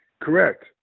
correct